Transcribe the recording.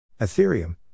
Ethereum